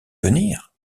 venir